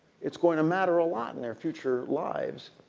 it is going to matter a lot in their future lives.